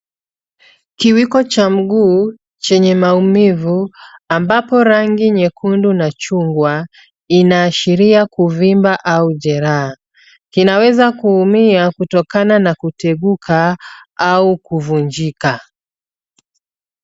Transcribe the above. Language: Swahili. Kiwiko cha mguu chenye maumivu ambapo rangi nyekundu na chungwa inaashiria kuvimba au jeraha. Kinaweza kuumia kutokana na kuteguka au kuvunjika.